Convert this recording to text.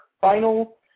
final